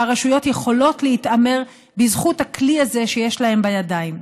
כשהרשויות יכולות להתעמר בזכות הכלי הזה שיש להן בידיים.